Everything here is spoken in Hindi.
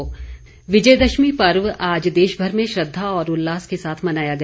विजयदशमी विजयदशमी पर्व आज देशभर में श्रद्धा और उल्लास से मनाया गया